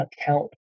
account